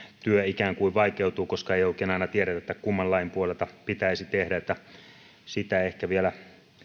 työ ikään kuin vaikeutuu koska ei oikein aina tiedetä kumman lain puolelta pitäisi tehdä sitä ehkä vielä